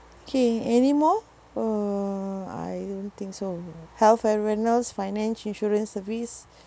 K anymore uh I don't think so health and wellness finance insurance service